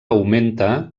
augmenta